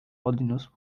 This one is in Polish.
odniósł